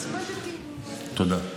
תודה.